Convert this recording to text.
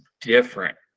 different